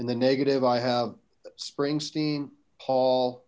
and the negative i have springsteen paul